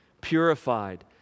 purified